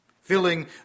filling